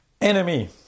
enemy